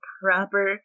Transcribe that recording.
proper